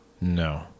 No